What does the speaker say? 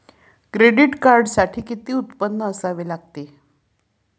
Credit कार्डसाठी किती उत्पन्न असावे लागते?